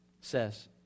says